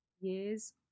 years